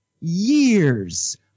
years